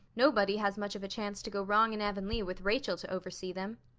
nobody has much of a chance to go wrong in avonlea with rachel to oversee them.